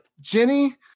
jenny